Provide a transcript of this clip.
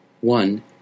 One